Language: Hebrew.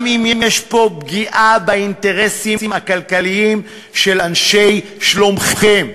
גם אם יש פה פגיעה באינטרסים הכלכליים של אנשי שלומכם,